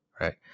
right